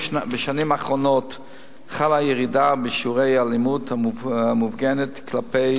בשנים האחרונות חלה ירידה בשיעורי האלימות המופגנת כלפי